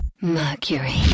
Mercury